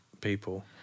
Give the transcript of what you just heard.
People